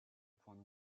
points